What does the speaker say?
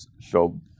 show